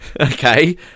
Okay